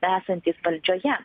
esantys valdžioje